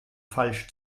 falsch